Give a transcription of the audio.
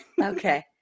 Okay